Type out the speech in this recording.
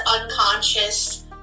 unconscious